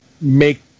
make